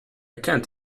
can’t